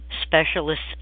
Specialists